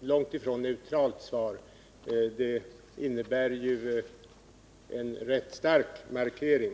långt ifrån neutralt svar; det innebär ju en rätt stark markering.